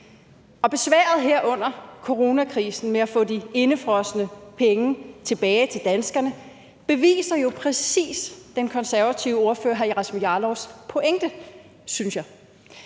besværet her under coronakrisen med at få de indefrosne penge tilbage til danskerne beviser jo præcis den konservative ordfører, hr. Rasmus Jarlovs, pointe,